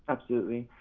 absolutely,